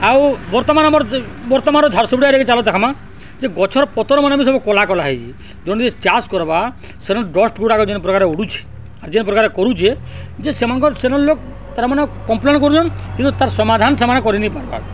ଆଉ ବର୍ତ୍ତମାନ ଆମର ବର୍ତ୍ତମାନ ଝାରସୁଗୁଡ଼ାରେବି ଚାଲ ଦେଖ୍ମା ଯେ ଗଛର ପତର ମାନେ ବି ସବୁ କଲା କଲା ହେଇଛି ଚାଷ କର୍ବା ସେଣୁ ଡଷ୍ଟ୍ ଗୁଡ଼ାକ ଯେନ୍ ପ୍ରକାର ଉଡ଼ୁଛି ଯେନ୍ ପ୍ରକାର କରୁଛେ ଯେ ସେମାନଙ୍କର ସେନ ଲୋକ ତା'ର ମାନ କମ୍ପ୍ଲେନ କରୁଛନ୍ କିନ୍ତୁ ତା'ର ସମାଧାନ ସେମାନେ କରିନି ପାର୍ବାର୍